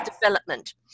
development